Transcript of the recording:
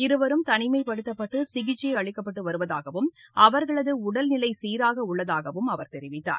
இருவரும் தனிமைப்படுத்தப்பட்டு சிகிச்சை அளிக்கப்பட்டு வருவதாகவும் அவா்களது உடல்நிலை சீராக உள்ளதாகவும் அவர் தெரிவித்தார்